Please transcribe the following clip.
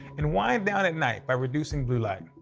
and wind down at night by reducing blue light.